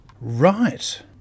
Right